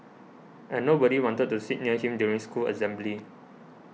and nobody wanted to sit near him during school assembly